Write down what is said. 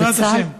בעזרת השם.